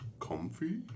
Comfy